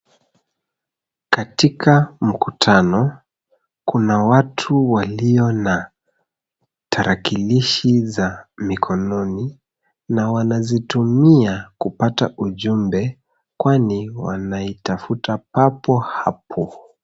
Katika mkutano kuna watu walio na tarakilishi za mikononi na wanazitumia kupata ujumbe kwani wanaitafuta papo hapo.